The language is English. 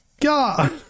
god